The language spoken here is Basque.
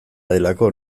delako